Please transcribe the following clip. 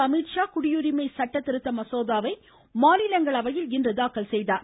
அமித்ஷா குடியுரிமை திருத்த மசோதாவை மாநிலங்களவையில் இன்று தாக்கல் செய்தார்